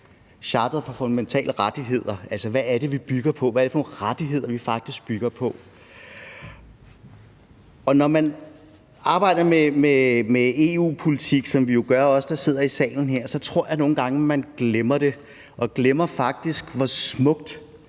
charteret for fundamentale rettigheder, altså hvad det faktisk er for nogle rettigheder, vi bygger på. Når man arbejder med EU-politik, som os, der sidder her i salen, jo gør, så tror jeg nogle gange, man glemmer det og faktisk glemmer, hvor smukt